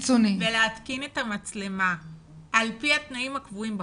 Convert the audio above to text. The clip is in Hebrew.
ולהתקין את המצלמה על פי התנאים הקבועים בחוק,